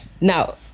now